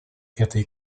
этой